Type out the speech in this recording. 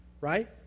right